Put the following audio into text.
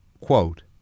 Quote